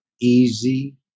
easy